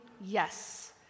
yes